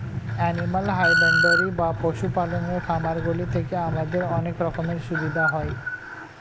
animal husbandry বা পশু পালনের খামারগুলি থেকে আমাদের অনেক রকমের সুবিধা হয়